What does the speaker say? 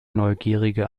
neugierige